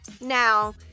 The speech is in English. Now